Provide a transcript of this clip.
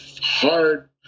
hard